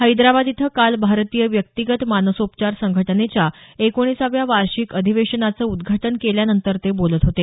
हैदराबाद इथं काल भारतीय व्यक्तीगत मानसोपचार संघटनेच्या एकोणिसाव्या वार्षिक अधिवेशनाचं उद्घाटन केल्यानंतर ते बोलत होते